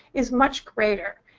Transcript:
is much greater.